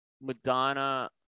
Madonna